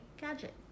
gadget